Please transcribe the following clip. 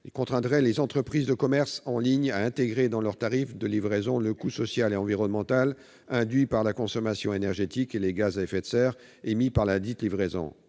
il contraindrait les entreprises de commerce en ligne à intégrer dans leurs tarifs de livraison le coût social et environnemental induit par la consommation énergétique et les gaz à effet de serre émis par ladite livraison.